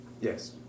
Yes